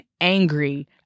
angry